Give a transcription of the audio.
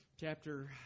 Chapter